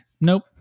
nope